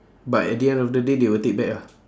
but at the end of the day they will take back ah